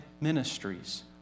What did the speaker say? Ministries